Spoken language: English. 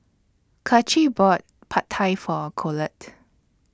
Kacie bought Pad Thai For Colette